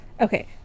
Okay